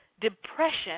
depression